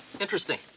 Interesting